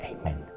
Amen